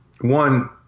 one